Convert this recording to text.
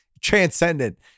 transcendent